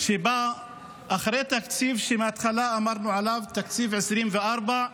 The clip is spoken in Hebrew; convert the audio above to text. שבא אחרי תקציב שמהתחלה אמרנו עליו, תקציב 2024,